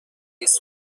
لیز